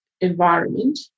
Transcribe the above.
environment